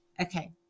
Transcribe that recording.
okay